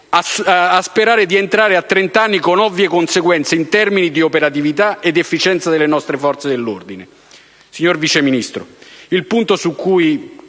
a sperare di entrare a 30 anni, con ovvie conseguenze in termini di operatività e di efficienza delle nostre forze dell'ordine. Signor Vice Ministro, il punto su cui